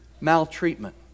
maltreatment